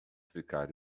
ficar